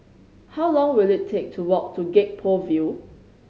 how long will it take to walk to Gek Poh Ville